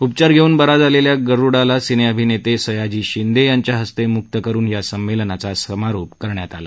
उपचार घेऊन बरा झालेल्या गरुडाला सिने अभिनेते सयाजी शिंदे यांच्या हस्ते मुक्त करुन या संमेलनाचा समारोप करण्यात आला